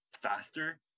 faster